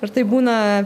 ir taip būna